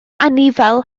anifail